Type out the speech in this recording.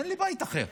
אין לי בית אחר.